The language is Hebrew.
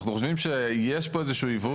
אנחנו חושבים שיש פה איזשהו עיוות.